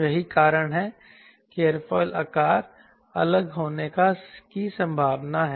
यही कारण है कि एयरफॉइल आकार अलग होने की संभावना है